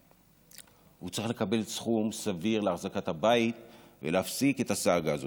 והוא צריך לקבל סכום סביר להחזקת הבית ולהפסיק את הסאגה הזאת.